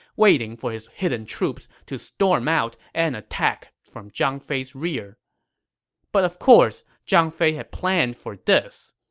waiting for his hidden troops to storm out and attack from zhang fei's rear but of course, zhang fei had planned for this.